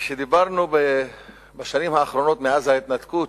כשדיברנו בשנים האחרונות, מאז ההתנתקות,